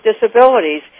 disabilities